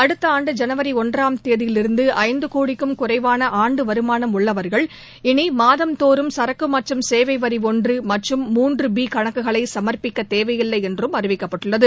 அடுத்த ஆண்டு ஜனவரி ஒன்றாம் தேதியிலிருந்து ஐந்து கோடிக்கும் குறைவான ஆண்டு வருமானம் உள்ளவர்கள் இனி மாதந்தோறும் சரக்கு மற்றும் சேவை வரி ஒன்று மற்றும் மூன்று பி கணக்குகளை சமர்ப்பிக்க தேவையில்லை என்று அறிவிக்கப்பட்டுள்ளது